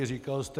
Říkal jste: